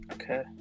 Okay